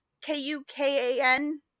k-u-k-a-n